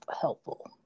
helpful